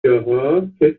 جاها، کسی